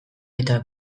eta